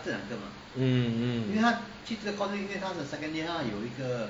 mm mm